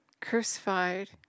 crucified